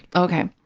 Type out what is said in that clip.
okay.